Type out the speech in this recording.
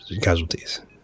casualties